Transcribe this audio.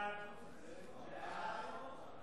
החלטת ועדת הכספים בדבר אישור צו תעריף המכס